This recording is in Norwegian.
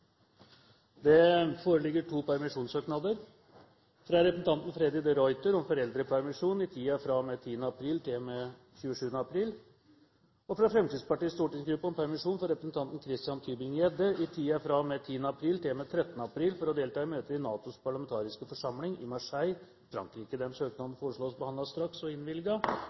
Det foreligger to permisjonssøknader: fra representanten Freddy de Ruiter om foreldrepermisjon i tiden fra og med 10. april til og med 27. april fra Fremskrittspartiets stortingsgruppe om permisjon for representanten Christian Tybring-Gjedde i tiden fra og med 10. april til og med 13. april for å delta i møter i NATOs parlamentariske forsamling i Marseille, Frankrike. Etter forslag fra presidenten ble enstemmig besluttet: Søknadene behandles straks